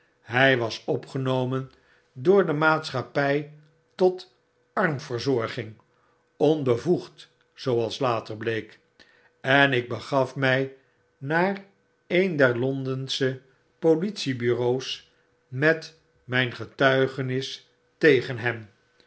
hy was opgenomen door de maatscbappy tot armverzorging onbevoegd zooals later bleek en ik begafmij naar een der londensche politiebureaux met mijn getuigenis tegen hem